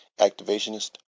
activationist